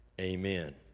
Amen